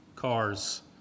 Cars